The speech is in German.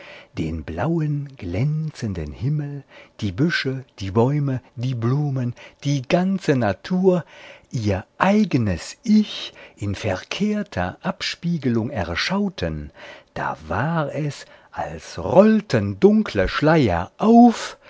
den blauen glänzenden himmel die büsche die bäume die blumen die ganze natur ihr eignes ich in verkehrter abspiegelung erschauten da war es als rollten dunkle schleier auf